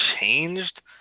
changed